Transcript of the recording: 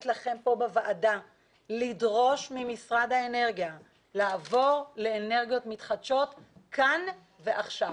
לכם כאן בוועדה לדרוש ממשרד האנרגיה לעבור לאנרגיות מתחדשות כאן ועכשיו.